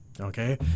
Okay